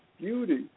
beauty